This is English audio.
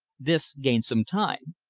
this gained some time.